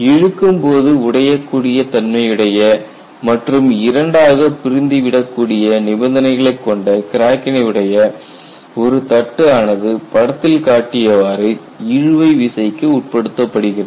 இழுக்கும்போது உடையக்கூடிய தன்மையுடைய மற்றும் இரண்டாக பிரிந்து விடக் கூடிய நிபந்தனைகளைக் கொண்ட கிராக்கினை உடைய ஒரு தட்டு ஆனது படத்தில் காட்டியவாறு இழுவை விசைக்கு உட்படுத்தப்படுகிறது